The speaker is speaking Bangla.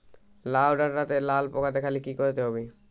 লাউ ডাটাতে লাল পোকা দেখালে কি করতে হবে?